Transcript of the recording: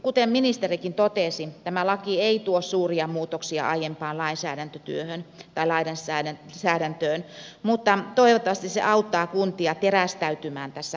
kuten ministerikin totesi tämä laki ei tuo suuria muutoksia aiempaan lainsäädäntöön mutta toivottavasti se auttaa kuntia terästäytymään tässä asiassa